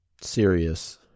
Serious